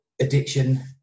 addiction